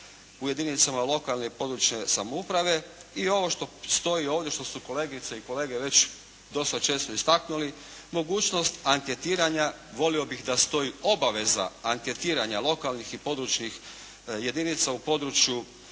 u jedinicama lokalne i područne samouprave i ovo što stoji ovdje što su kolegice i kolege već dosta često istaknuli, mogućnost anketiranja volio bih da stoji obaveza anketiranja lokalnih i područnih jedinica u području